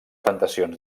plantacions